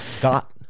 Got